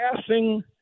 passing